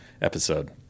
episode